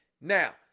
Now